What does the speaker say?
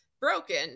broken